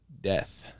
death